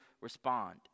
respond